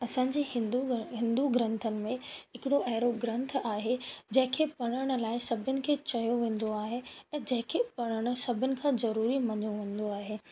असांजे हिंदू ग हिंदू ग्रंथनि में हिकिड़ो अहिड़ो ग्रंथ आहे जंहिंखें पढ़ण लाइ सभिनि खे चयो वेंदो आहे ऐं जंहिंखें पढ़णु सभिन खां ज़रूरी मञियो वेंदो आहे